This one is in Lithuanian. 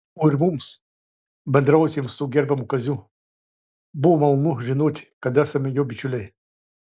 o ir mums bendravusiems su gerbiamu kaziu buvo malonu žinoti kad esame jo bičiuliai